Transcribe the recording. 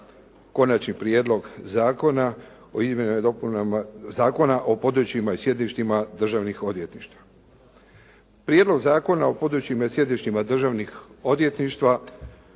i dopunama Zakona o područjima i sjedištima državnih odvjetništva. Prijedlog zakona o područjima i sjedištima državnih odvjetništva